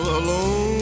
alone